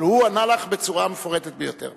הוא ענה לך בצורה מפורטת ביותר.